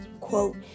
quote